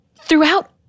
throughout—